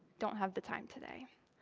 don't have the time today.